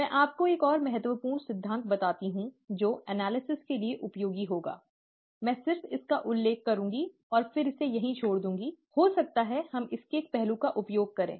मैं आपको एक और महत्वपूर्ण सिद्धांत बताता हूं जो विश्लेषण के लिए उपयोगी होगा मैं सिर्फ इसका उल्लेख करूंगा और फिर इसे वहां छोड़ दूंगा हो सकता है कि हम इसके एक पहलू का उपयोग करें